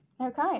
Okay